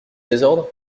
désordre